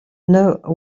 know